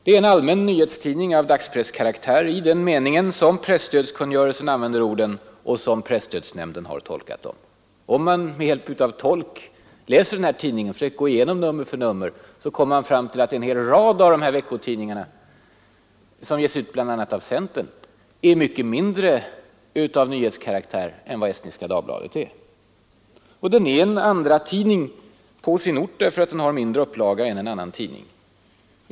Den är en ”allmän nyhetstidning av dagspresskaraktär” i den mening som presstödkungörelsen använder orden och presstödsnämnden i andra sammanhang har tolkat dem. Om man med hjälp av tolk läser den här tidningen, försöker gå igenom den nummer för nummer, kommer man fram till att den mycket mer är av nyhetskaraktär än en hel rad av de veckotidningar som ges ut bl.a. av centern. Den är en andratidning på sin ort i presstödkungörelsens mening, därför att den har en mindre upplaga än en annan tidning.